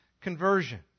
conversion